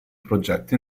progetti